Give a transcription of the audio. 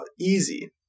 easy